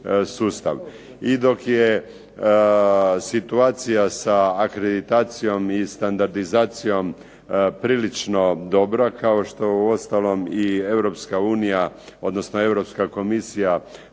I dok je situacija sa akreditacijom i standardizacijom prilično dobra kao što uostalom i Europska unija odnosno Europska komisija